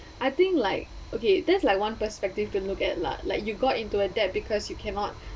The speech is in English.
I think like okay there's like one perspective to look at lah like you got into a debt because you cannot